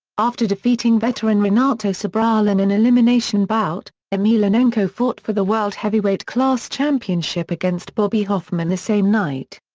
after defeating veteran renato sobral in an elimination bout, emelianenko fought for the world heavyweight class championship against bobby hoffman the same night.